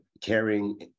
caring